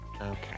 Okay